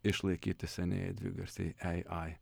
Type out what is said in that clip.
išlaikyti senieji dvigarsiai ei ai